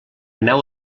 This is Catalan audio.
nau